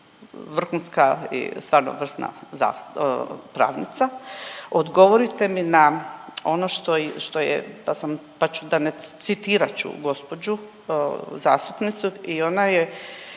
vrhunska i stvarno vrsna pravnica odgovorite mi na ono što je citirat ću gospođu zastupnicu i ona je